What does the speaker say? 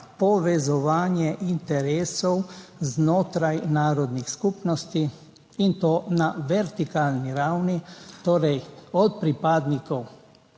povezovanje interesov znotraj narodnih skupnosti, in to na vertikalni ravni. Od pripadnikov